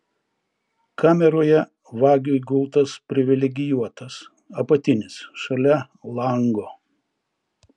kameroje vagiui gultas privilegijuotas apatinis šalia lango